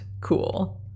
cool